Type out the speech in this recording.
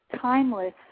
timeless